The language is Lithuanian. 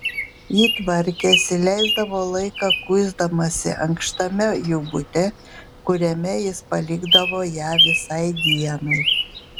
ji tvarkėsi leisdavo laiką kuisdamasi ankštame jų bute kuriame jis palikdavo ją visai dienai